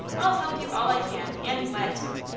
i'll help you all i can, and glad to.